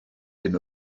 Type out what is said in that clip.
hyn